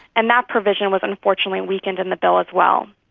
and that provision was unfortunately weakened in the bill as well.